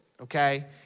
Okay